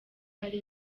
hari